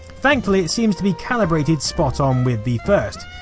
thankfully it seems to be calibrated spot on with the first,